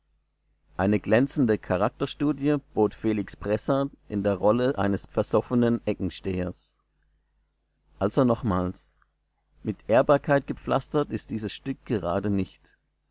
eine glänzende charakterstudie bot felix bressart in der rolle eines versoffenen eckenstehers also nochmals mit ehrbarkeit gepflastert ist dieses stück gerade nicht